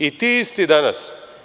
I ti isti danas…